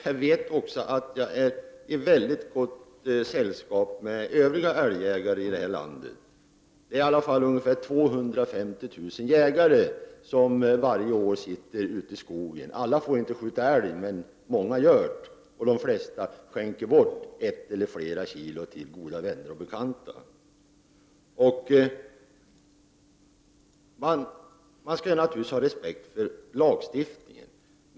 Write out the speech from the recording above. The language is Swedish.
Jag vet dock att jag är i synnerligen gott sällskap. Jag tänker då på övriga älgjägare i vårt land. Det är ju omkring 250 000 jägare som varje år sitter på pass ute i skogen. Alla får inte skjuta älg. Men det gäller i varje fall många. De flesta skänker bort ett eller flera kilo kött till goda vänner och bekanta. Självfallet skall man ha respekt för lagstiftningen.